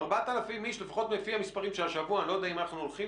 4,000 איש לפחות לפי המספרים של השבוע אם אנחנו הולכים